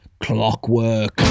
clockwork